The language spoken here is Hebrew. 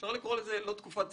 אפשר לקרוא לזה תקופת מנוחה,